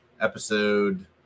episode